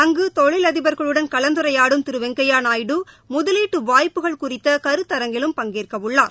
அங்கு தொழிலதிபர்களுடன் கலந்துரையாடும் திரு வெங்கையா நாயுடு முதலீட்டு வாய்ப்புகள் குறித்த கருத்தரங்கிலும் பங்கேற்கவுள்ளார்